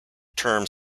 term